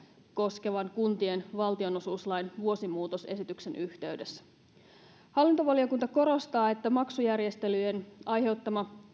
koskevan kuntien valtionosuuslain vuosimuutosesityksen yhteydessä hallintovaliokunta korostaa että maksujärjestelyjen aiheuttama